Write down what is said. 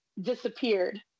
disappeared